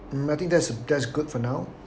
mm I think that's that's good for now